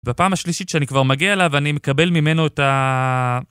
ובפעם השלישית שאני כבר מגיע אליו אני מקבל ממנו את ה...